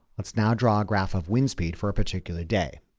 let's now draw a graph of wind speed for a particular day.